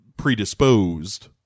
predisposed